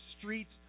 streets